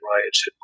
riots